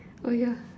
oh yeah